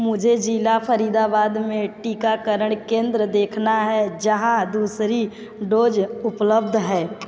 मुझे जिला फ़रीदाबाद में टीकाकरण केंद्र देखना है जहाँ दूसरी डोज़ उपलब्ध है